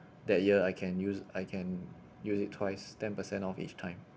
that year I can use I can use it twice ten per cent off each time